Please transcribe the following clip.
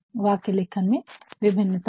वाक्य लेखन में थोड़ी भिन्नता हो